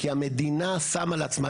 כי המדינה שמה לעצמה,